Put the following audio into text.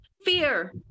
fear